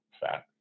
fat